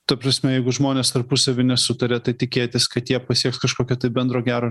ta prasme jeigu žmonės tarpusavy nesutaria tai tikėtis kad jie pasieks kažkokio tai bendro gero